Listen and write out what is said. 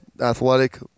athletic